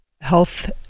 health